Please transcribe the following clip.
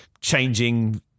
changing